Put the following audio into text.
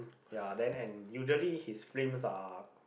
ya then and usually his frames are